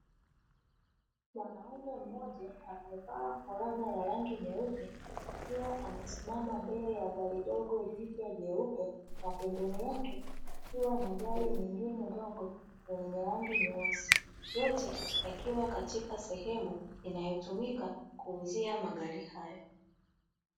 Mwanaume mmoja amevaa fulana ya rangi nyeupe, akiwa amesimama mbele ya gari dogo jipya jeupe na pembeni yake kukiwa na gari nyingine dogo yenye rangi nyeusi. Yote yakiwa katika sehemu inayotumika kuuzia magari hayo.